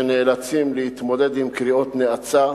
שנאלצים להתמודד עם קריאות נאצה,